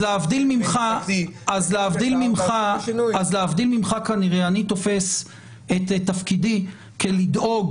אז להבדיל ממך כנראה אני תופס את תפקידי כלדאוג